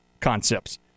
concepts